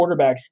quarterbacks